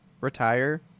retire